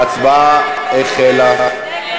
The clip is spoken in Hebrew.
ההצבעה החלה.